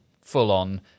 full-on